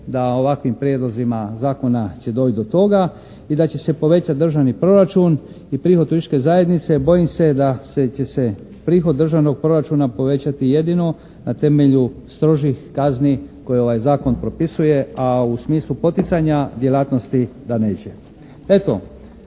da ovakvim prijedlozima zakona će doći do toga i da će se povećati državni proračun i prihod turističke zajednice. Bojim se da će se prihod državnog proračuna povećati jedino na temelju strožih kazni koje ovaj zakon propisuje, a u smislu poticanja djelatnosti da neće.